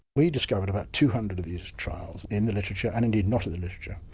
we discovered about two hundred of these trials in the literature and indeed not in the literature.